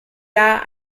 jahr